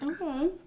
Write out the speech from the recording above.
Okay